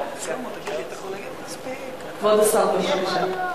כבוד השר,